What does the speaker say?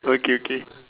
okay okay